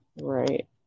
right